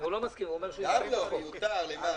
לא התקבלה.